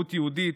זהות יהודית,